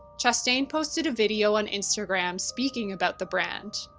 chastain posted a video on instagram speaking about the brand.